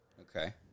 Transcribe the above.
Okay